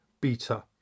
beta